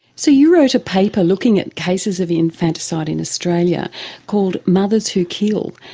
so you wrote a paper looking at cases of infanticide in australia called mothers who kill.